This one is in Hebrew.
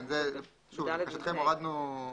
כן, שוב, לבקשתכם הורדנו.